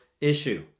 issue